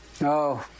No